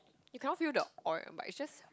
you cannot feel the oil one but it's just